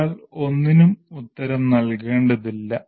ഒരാൾ ഒന്നിനും ഉത്തരം നൽകേണ്ടതില്ല